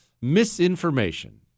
misinformation